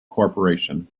corporation